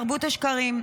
השקרים.